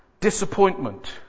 Disappointment